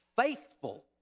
faithful